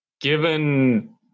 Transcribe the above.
given